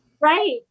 right